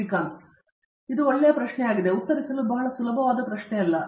ಶ್ರೀಕಾಂತ್ ವೇದಾಂತಮ್ ಆದ್ದರಿಂದ ಇದು ಒಳ್ಳೆಯ ಪ್ರಶ್ನೆಯಾಗಿದೆ ಏಕೆಂದರೆ ಇದು ಉತ್ತರಿಸಲು ಬಹಳ ಸುಲಭವಾದ ಪ್ರಶ್ನೆಯಲ್ಲ